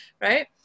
Right